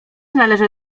należę